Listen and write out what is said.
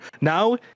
Now